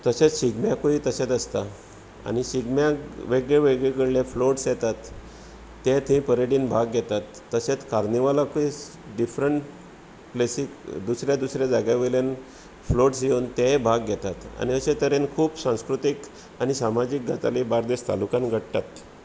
तशेंच शिगम्याकूय तशेंच आसता आनी शिगम्याक वेगळेवेगळे कडले फ्लोट्स येतात तें थंय परेडीन भाग घेतात तशेंच कार्नवलाकूय डिफरंट दुसऱ्या दुसऱ्या जाग्यां वयल्यान फ्लोट्स येवन तेंवूय भाग घेतात आनी अशें तरेन खूब संस्कृतिक आनी सामाजीक गजाली बार्देश तालुक्यांत घडटात